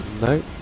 no